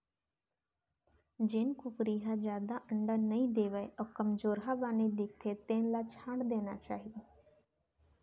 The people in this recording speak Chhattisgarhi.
जेन कुकरी ह जादा अंडा नइ देवय अउ कमजोरहा बानी दिखथे तेन ल छांट देना चाही